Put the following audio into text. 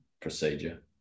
procedure